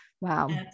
Wow